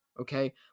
Okay